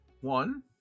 one